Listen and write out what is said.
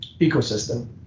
ecosystem